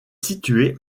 situé